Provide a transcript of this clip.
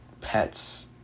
pets